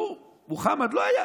סיפור מוחמד לא היה,